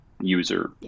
user